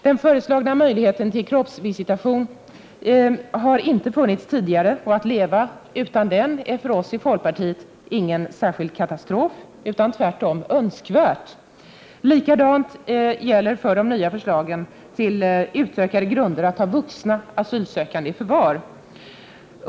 Den föreslagna möjligheten till kroppsvisitation har inte funnits tidigare — att leva utan den är åtminstone för oss i folkpartiet ingen katastrof, utan tvärtom önskvärt. Detsamma gäller de två nya förslagen till utökade grunder att ta vuxna asylsökande i förvar.